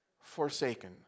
forsaken